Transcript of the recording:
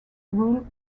rule